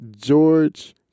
George